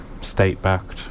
state-backed